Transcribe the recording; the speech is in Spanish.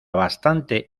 bastante